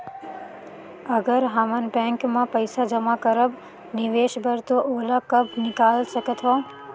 अगर हमन बैंक म पइसा जमा करब निवेश बर तो ओला कब निकाल सकत हो?